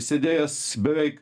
sėdėjęs beveik